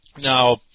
Now